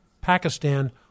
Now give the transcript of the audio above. Pakistan